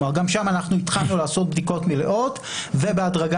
גם שם אנחנו התחלנו לעשות בדיקות מלאות ובהדרגה